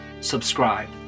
subscribe